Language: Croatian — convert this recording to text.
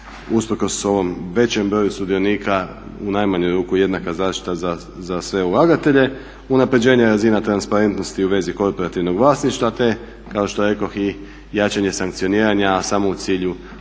usprkos ovom većem broju sudionika u najmanju ruku jednaka zaštita za sve ulagatelje. Unapređenje razina transparentnosti u vezi korporativnog vlasništva, te kao što rekoh i jačanje sankcioniranja a samo u cilju upravo